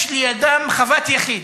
יש לידם חוות יחיד,